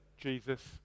Jesus